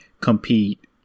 compete